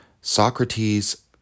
Socrates